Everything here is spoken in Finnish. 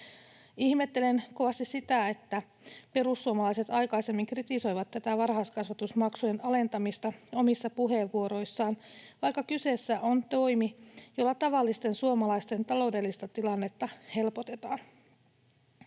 Ihmettelen kovasti sitä, että perussuomalaiset aikaisemmin kritisoivat tätä varhaiskasvatusmaksujen alentamista omissa puheenvuoroissaan, vaikka kyseessä on toimi, jolla tavallisten suomalaisten taloudellista tilannetta helpotetaan.